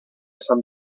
sant